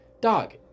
Dog